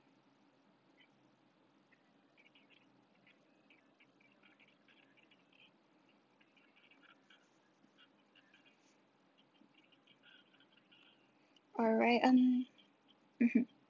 alright um mmhmm